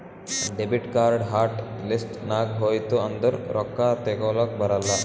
debit card hot list ನಾಗ್ ಹೋಯ್ತು ಅಂದುರ್ ರೊಕ್ಕಾ ತೇಕೊಲಕ್ ಬರಲ್ಲ